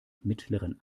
mittleren